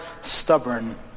stubborn